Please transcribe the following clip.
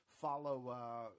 follow